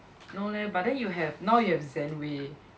no leh but then you have now you have Zen Wei